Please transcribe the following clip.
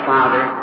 Father